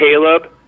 Caleb